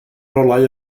rolau